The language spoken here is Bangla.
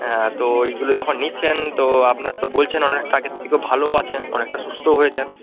হ্যাঁ তো ওইগুলো যখন নিচ্ছেন তো আপনার তো বলছেন অনেকটা আগের থেকে ভালোও আছেন অনেকটা সুস্থও হয়েছেন